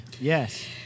Yes